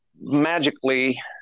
magically